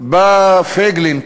בא פייגלין,